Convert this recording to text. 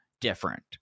different